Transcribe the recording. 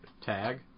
tag